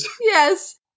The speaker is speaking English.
Yes